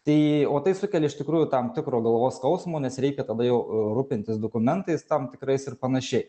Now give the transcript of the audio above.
tai o tai sukelia iš tikrųjų tam tikro galvos skausmo nes reikia tada jau rūpintis dokumentais tam tikrais ir panašiai